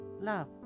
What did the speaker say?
love